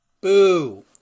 Boo